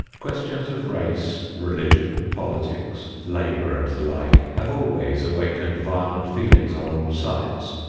questions of race, religion, politics, labor and the like have always awakened violent feelings on all sides,